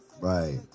Right